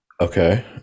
Okay